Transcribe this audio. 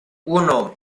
uno